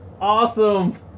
awesome